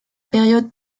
période